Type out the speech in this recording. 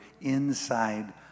inside